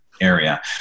area